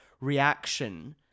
reaction